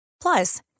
Plus